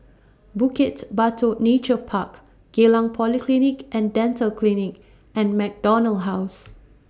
Bukit Batok Nature Park Geylang Polyclinic and Dental Clinic and MacDonald House